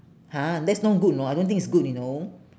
!huh! that's no good know I don't think it's good you know